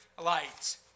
light